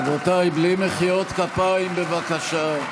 רבותיי, בלי מחיאות כפיים, בבקשה.